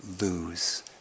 lose